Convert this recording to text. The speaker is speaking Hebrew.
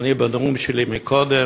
בנאום שלי קודם